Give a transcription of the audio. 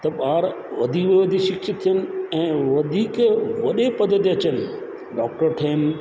त ॿार वधीक वधीक शिक्षित थियनि ऐं वधीक वॾे पद ते अचनि डॉक्टर ठहनि